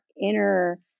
inner